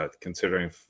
Considering